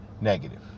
negative